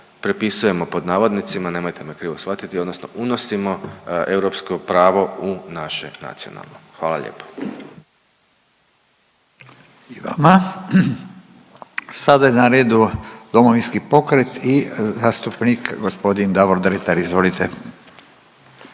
prepisujemo pod navodnicima, nemojte me krivo shvatiti, odnosno unosimo europsko pravo u naše nacionalno, hvala lijepo. **Radin, Furio (Nezavisni)** I vama. Sada je na redu Domovinski pokret i zastupnik g. Davor Dretar, izvolite.